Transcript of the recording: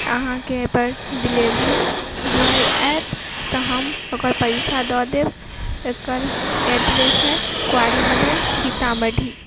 अहाँकेपर delivery boy आयत तऽ हम ओकर पैसा दअ देब एकर एड्रेस अइ क्वारी मदर सीतामढ़ी